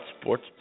sports